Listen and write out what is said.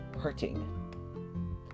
hurting